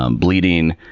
um bleeding.